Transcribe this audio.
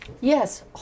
Yes